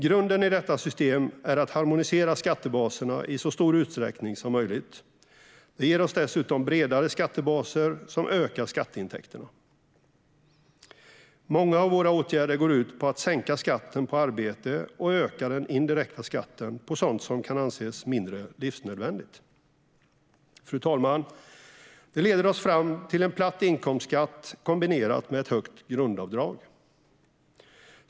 Grunden i detta system är att harmonisera skattebaserna i så stor utsträckning som möjligt. Det ger oss dessutom bredare skattebaser som ökar skatteintäkterna. Många av våra åtgärder går ut på att sänka skatten på arbete och öka den indirekta skatten på sådant som kan anses mindre nödvändigt. Herr talman! Detta leder oss fram till en platt inkomstskatt kombinerad med ett högt grundavdrag.